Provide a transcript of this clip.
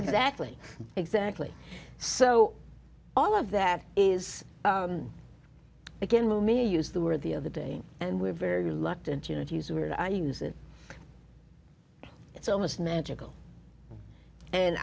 exactly exactly so all of that is again with me use the word the other day and we're very reluctant you know to use the word i use it it's almost magical and